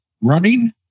running